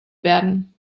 werden